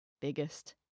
biggest